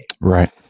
Right